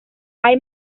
hay